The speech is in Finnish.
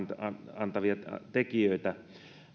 antavia tekijöitä